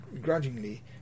grudgingly